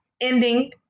ending